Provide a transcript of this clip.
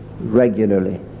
regularly